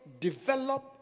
develop